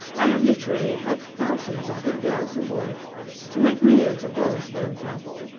i have literally helped thousands of good girls and boys to make millions of dollars for themselves,